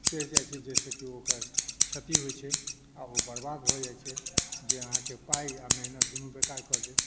चढ़ि जाइत छै जाहिसँ कि ओकर क्षति होइत छै आओर ओ बर्बाद भए जाइत छै जे अहाँके पाइ आओर मेहनत दुनू बेकार कऽ देत